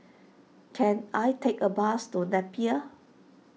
can I take a bus to Napier